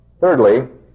Thirdly